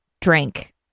drank